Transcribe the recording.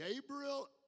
Gabriel